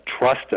trust